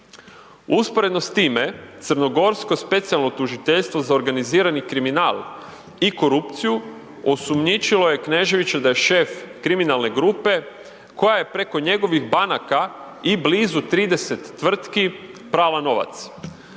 Usporedno s time, crnogorsko Specijalno tužiteljstvo za organizirani kriminal i korupciju osumnjičilo je Kneževića da je šef kriminalne grupe koja je preko njegovih banaka i blizu 30 tvrtki prala novac.